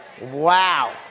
Wow